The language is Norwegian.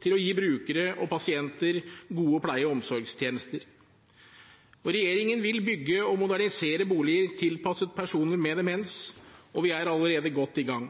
til å gi brukere og pasienter gode pleie- og omsorgstjenester. Regjeringen vil bygge og modernisere boliger tilpasset personer med demens, og vi er allerede godt i gang.